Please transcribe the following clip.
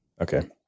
Okay